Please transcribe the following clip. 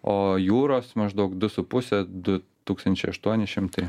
o jūros maždaug du su puse du tūkstančiai aštuoni šimtai